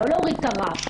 לא להוריד את הרף,